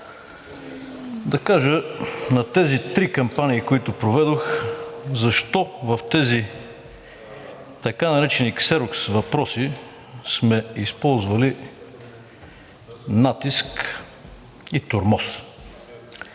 Да кажа на тези три кампании, които проведох, защо в тези така наречени ксерокс въпроси сме използвали „натиск“ и „тормоз“.